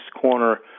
corner